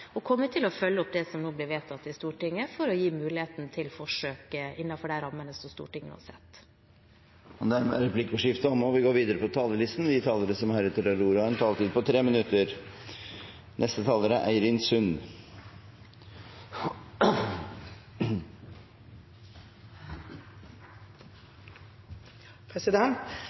og jeg kommer til å følge opp det som nå blir vedtatt i Stortinget, for å gi mulighet til forsøk innenfor de rammene som Stortinget har satt. Replikkordskiftet er omme. De talere som heretter får ordet, har en taletid på inntil 3 minutter. Jeg er,